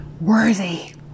worthy